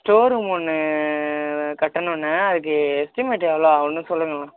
store room ஒன்று கட்டணும்ண்ணா அதுக்கு எஸ்டிமேட்டு எவ்வளோ ஆகுமெனு சொல்லுங்களேன்